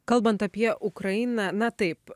kalbant apie ukrainą na taip